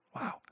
Wow